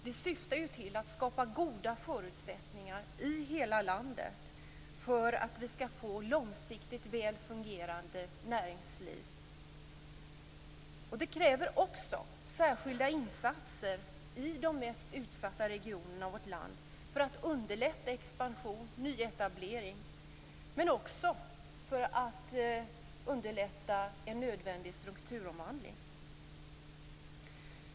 Det syftar till att skapa goda förutsättningar i hela landet för att vi skall få ett långsiktigt väl fungerande näringsliv. Det kräver också särskilda insatser i de mest utsatta regionerna av vårt land för att underlätta expansion och nyetablering och också för att underlätta en nödvändig strukturomvandling.